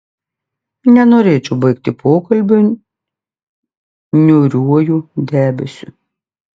nenorėčiau baigti pokalbio niūriuoju debesiu